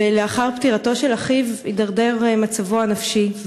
לאחר פטירתו של אחיו הידרדר מצבו הנפשי,